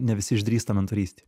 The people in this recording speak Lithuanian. ne visi išdrįsta mentorystei